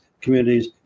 communities